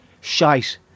shite